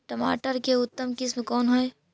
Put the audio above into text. टमाटर के उतम किस्म कौन है?